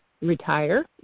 retire